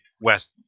West